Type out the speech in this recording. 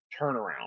turnaround